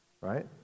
Right